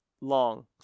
long